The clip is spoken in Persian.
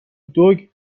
دوگ